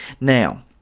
Now